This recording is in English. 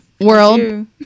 World